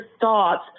thoughts